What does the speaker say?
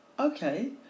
Okay